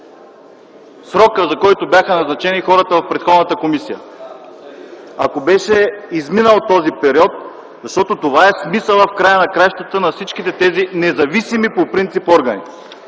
срокът, за който бяха назначени хората от предходната комисия, ако беше изминал този период, защото това в края на краищата е смисълът на всички от тези независими по принцип органи